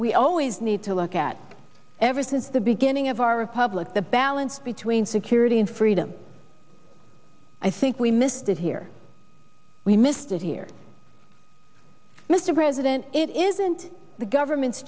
we always need to look at ever since the beginning of our republic the balance between security and freedom i think we missed it here we missed it here mr president it isn't the government's